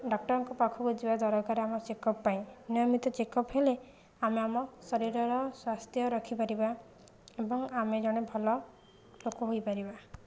ଡକ୍ଟରଙ୍କ ପାଖକୁ ଯିବା ଦରକାର ଆମ ଚେକ ଅପ୍ ପାଇଁ ନିୟମିତ ଚେକ ଅପ୍ ହେଲେ ଆମେ ଆମ ଶରୀରର ସ୍ଵାସ୍ଥ୍ୟ ରଖିପାରିବା ଏବଂ ଆମେ ଜଣେ ଭଲ ଲୋକ ହୋଇପାରିବା